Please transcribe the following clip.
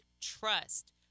trust